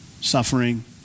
suffering